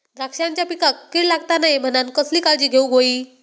द्राक्षांच्या पिकांक कीड लागता नये म्हणान कसली काळजी घेऊक होई?